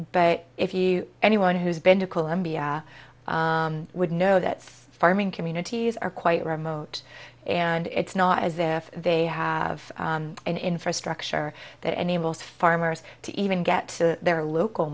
but if you anyone who's been to colombia would know that farming communities are quite remote and it's not as if they have an infrastructure that enables farmers to even get to their local